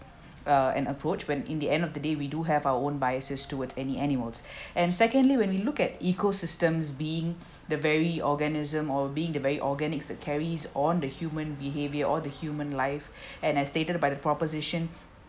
uh an approach when in the end of the day we do have our own biases towards any animals and secondly when you look at ecosystems being the very organism or being the very organics that carries on the human behaviour or the human life and as stated by the proposition